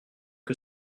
que